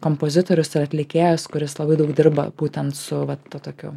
kompozitorius ir atlikėjas kuris labai daug dirba būtent su va tuo tokiu